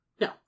No